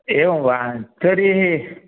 एवं वा तर्हि